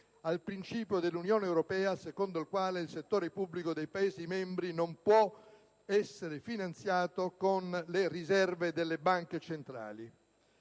al principio dell'Unione europea secondo il quale il settore pubblico dei Paesi membri non può essere finanziato con le riserve delle Banche centrali.